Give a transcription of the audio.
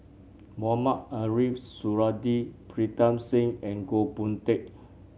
Mohamed Ariff Suradi Pritam Singh and Goh Boon Teck